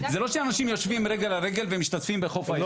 זה לא שאנשים יושבים רגל על רגל ומשתזפים בחוף הים.